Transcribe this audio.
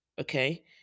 Okay